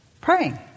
praying